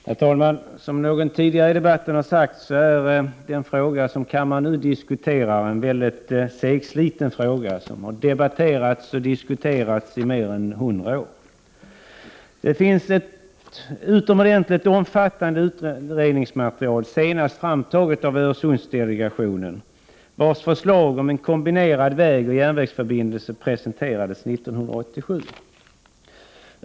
Herr talman! Som någon tidigare talare i debatten sagt är det en mycket segsliten fråga som kammaren nu diskuterar. Den har diskuterats och debatterats i mer än 100 år. Det finns ett utomordentligt omfattande utredningsmaterial, bl.a. det material som nu senast tagits fram av Öresundsdelegationen, vars förslag om en kombinerad vägoch järnvägsförbindelse presenterades 1987.